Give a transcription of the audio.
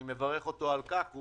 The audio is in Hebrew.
אני מברך אותו על כך, הוא